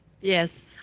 Yes